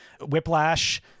Whiplash